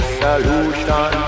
solution